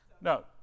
No